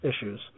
issues